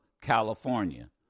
California